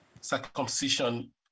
circumcision